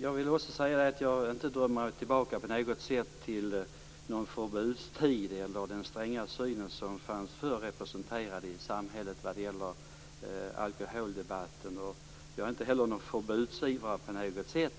Jag drömmer inte på något sätt tillbaka till någon förbudstid eller den stränga syn som fanns förr i samhället vad gäller alkoholdebatten. Jag är inte heller någon förbudsivrare på något sätt.